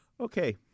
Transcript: Okay